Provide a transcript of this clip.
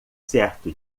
certo